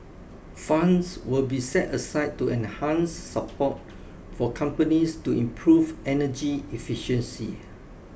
funds will be set aside to enhance support for companies to improve energy efficiency